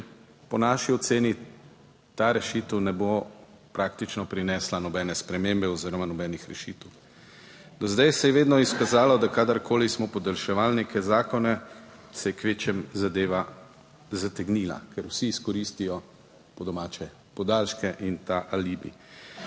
po naši oceni ta rešitev ne bo praktično prinesla nobene spremembe oziroma nobenih rešitev. Do zdaj se je vedno izkazalo, da kadarkoli smo podaljševali neke zakone se je kvečjemu zadeva zategnila, ker vsi izkoristijo, po domače, podaljške in ta alibi.